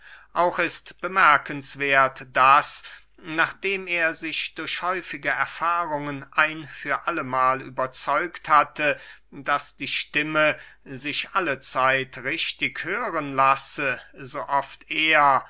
auch ist bemerkenswerth daß nachdem er sich durch häufige erfahrungen ein für allemahl überzeugt hatte daß die stimme sich allezeit richtig hören lasse so oft er